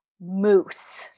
moose